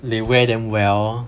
they wear damn well